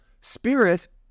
Spirit